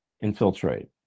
infiltrate